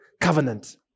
covenant